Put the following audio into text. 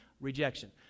rejection